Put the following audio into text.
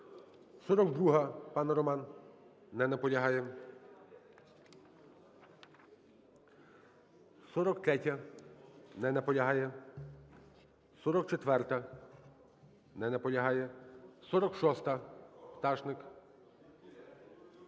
42-а, пане Роман. Не наполягає. 43-я. Не наполягає. 44-а. Не наполягає. 46-а, Пташник. Не наполягає.